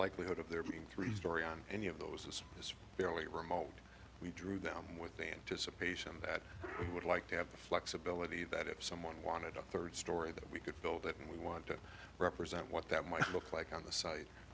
likelihood of there being three story on any of those is fairly remote we drew them with the anticipation that we would like to have flexibility that if someone wanted a third story that we could build that we want to represent what that might look like on the site